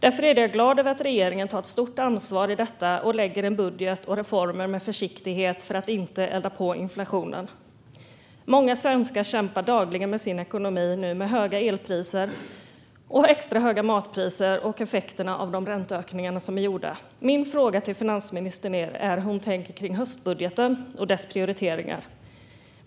Därför är jag glad över att regeringen tar ett stort ansvar och lägger fram en budget och reformer med försiktighet för att inte elda på inflationen. Många svenskar kämpar dagligen med sin ekonomi nu, med höga elpriser, extra höga matpriser och effekterna av de räntehöjningar som gjorts. Min fråga till finansministern är hur hon tänker kring höstbudgeten och dess prioriteringar.